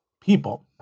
people